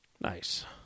Nice